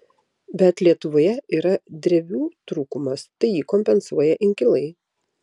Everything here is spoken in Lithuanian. bet lietuvoje yra drevių trūkumas tai jį kompensuoja inkilai